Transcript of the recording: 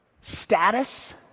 status